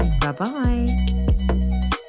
Bye-bye